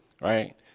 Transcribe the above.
right